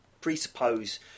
presuppose